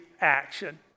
action